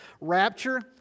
rapture